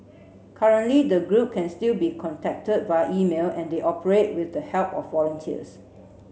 currently the group can still be contacted via email and they operate with the help of volunteers